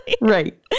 Right